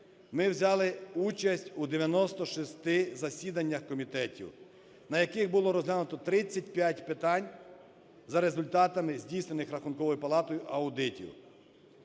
Ми взяли участь у 96 засіданнях комітетів, на яких було розглянуто 35 питань за результатами здійснених Рахунковою палатою аудитів.